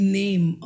name